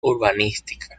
urbanística